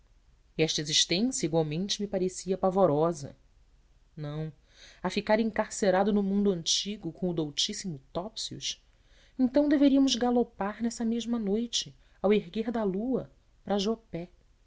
esta existência igualmente me parecia pavorosa não a ficar encarcerado no mundo antigo com o doutíssimo topsius então deveríamos galopar nessa mesma noite ao erguer da lua para josé